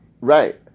right